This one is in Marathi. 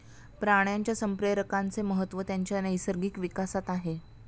प्राण्यांच्या संप्रेरकांचे महत्त्व त्यांच्या नैसर्गिक विकासात आहे